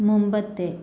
മുമ്പത്തെ